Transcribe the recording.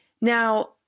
Now